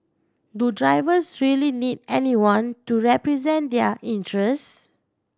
do drivers really need anyone to represent their interest